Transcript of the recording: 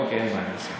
אין בעיה.